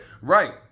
Right